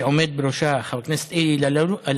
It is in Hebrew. שעומד בראשה חבר הכנסת אלי אלאלוף,